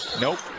Nope